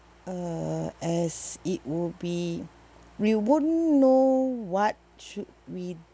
uh as it would be we won't know what should we